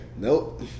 Nope